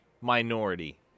minority